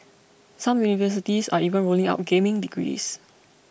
some universities are even rolling out gaming degrees